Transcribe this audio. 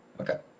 Okay